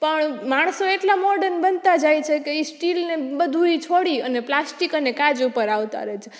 પણ માણસો એટલા મોર્ડન બનતા જાય છે કે ઈ સ્ટીલને બધુએ છોડી અને પ્લાસ્ટિક અને કાચ ઉપર આવતા રહે છે